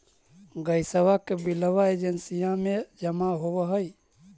गैसवा के बिलवा एजेंसिया मे जमा होव है?